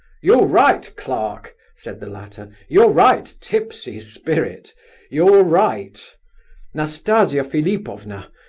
you're right, clerk, said the latter, you're right, tipsy spirit you're right nastasia philipovna,